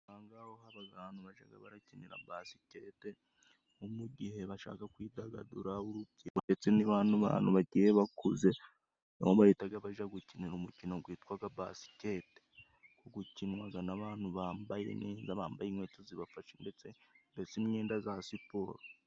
Aha ngaha haba abantu bajya bakinira basikete, nko mu gihe bashaka kwidagadura nk'urubyiko, ndetse n'abantu bagiye bakuze bahita bajya gukinira umukino witwa basikete, ku gukinana abantu bambaye neza bambaye inkweto zibafasha ndetse imyenda ya siporo.